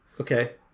Okay